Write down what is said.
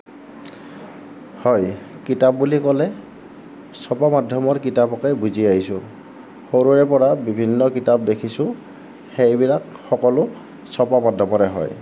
হয় কিতাপ বুলি ক'লে ছপা মাধ্যমৰ কিতাপকে বুজি আহিছোঁ সৰুৰে পৰা বিভিন্ন কিতাপ দেখিছো সেইবিলাক সকলো ছপা মাধ্যমৰে হয়